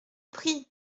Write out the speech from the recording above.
prie